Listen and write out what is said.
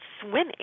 swimming